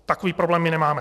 Takový problém my nemáme.